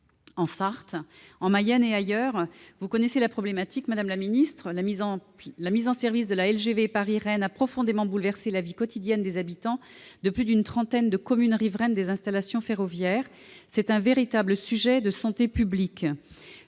la Sarthe, en Mayenne et ailleurs, vous connaissez la problématique, madame la ministre : la mise en service de la LGV Paris-Rennes a profondément bouleversé la vie quotidienne des habitants de plus d'une trentaine de communes riveraines des installations ferroviaires. C'est un véritable sujet de santé publique.